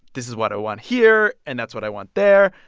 this is what i want here, and that's what i want there.